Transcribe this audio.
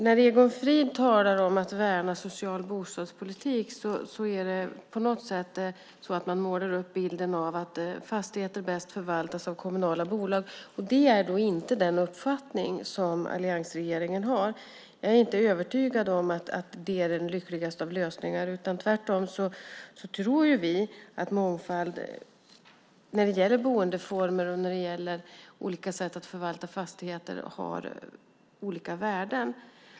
När Egon Frid talar om att värna social bostadspolitik målar han på något sätt upp bilden av att fastigheter bäst förvaltas av kommunala bolag. Det är inte den uppfattning som alliansregeringen har. Jag är inte övertygad om att det är den mest lyckade av lösningar. Vi tror tvärtom att mångfald när det gäller boendeformer och när det gäller sätt att förvalta fastigheter har olika värden.